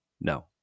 No